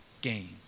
gain